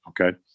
Okay